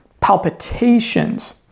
palpitations